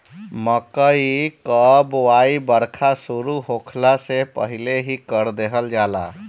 मकई कअ बोआई बरखा शुरू होखला से पहिले ही कर देहल जाला